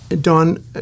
Don